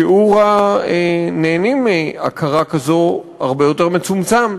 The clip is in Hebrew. שיעור הנהנים מהכרה כזו הרבה יותר מצומצם.